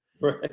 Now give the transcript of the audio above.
Right